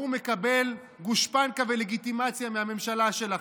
הוא מקבל גושפנקה ולגיטימציה מהממשלה שלכם.